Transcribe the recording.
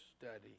study